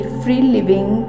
free-living